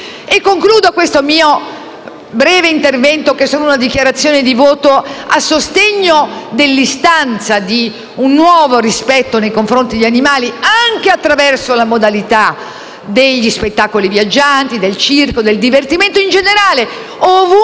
Concludo questo mio breve intervento, che è solo una dichiarazione di voto a sostegno dell'istanza di un nuovo rispetto nei confronti degli animali, anche attraverso la modalità degli spettacoli viaggianti, del circo e del divertimento in generale, ovunque